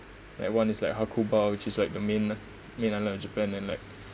like one is like hakuba which is like the main main island of japan and like